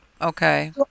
Okay